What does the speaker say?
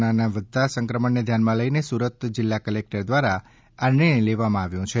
કોરોનાના વધતાં સંક્રમણને ધ્યાનમાં લઈને સુરત જિલ્લાકલેક્ટર દ્વારા આ નિર્ણય લેવામાં આવ્યો છે